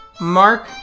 Mark